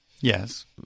Yes